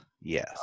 Yes